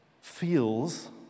feels